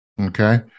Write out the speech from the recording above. okay